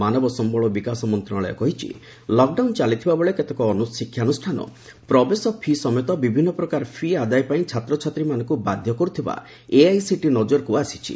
ମାନବ ସମ୍ଭଳ ଓ ବିକାଶ ମନ୍ତ୍ରଣାଳୟ କହିଛି ଲକଡାଉନ ଚାଲିଥିବା ବେଳେ କେତେକ ଶିକ୍ଷାନୁଷ୍ଠାନ ପ୍ରବେଶ ଫି' ସମେତ ବିଭିନ୍ନ ପ୍ରକାର ଫି' ଆଦାୟ ପାଇଁ ଛାତ୍ରଛାତ୍ରୀମାନଙ୍କୁ ବାଧ୍ୟ କର୍ତ୍ଥିବା ଏଆଇସିଟିଇର ନଜରକୁ ଆସିଛି